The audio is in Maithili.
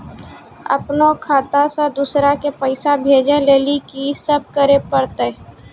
अपनो खाता से दूसरा के पैसा भेजै लेली की सब करे परतै?